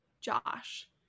Josh